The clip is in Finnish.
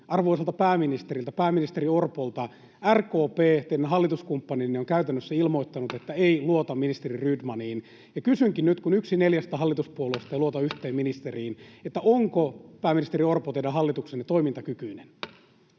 arvoisalta pääministeriltä, pääministeri Orpolta. RKP, teidän hallituskumppaninne, on käytännössä ilmoittanut, että ei luota ministeri Rydmaniin. Kysynkin nyt, kun yksi neljästä hallituspuolueesta ei luota yhteen ministeriin: onko, pääministeri Orpo, teidän hallituksenne toimintakykyinen?